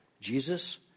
Jesus